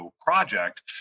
project